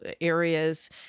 areas